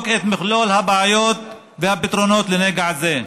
את מכלול הבעיות והפתרונות לנגע הזה,